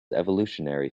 evolutionary